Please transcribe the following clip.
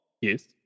Yes